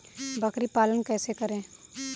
बकरी पालन कैसे करें?